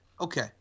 Okay